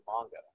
manga